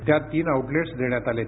त्यात तीन आउटलेट्स देण्यात आलेत